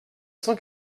cent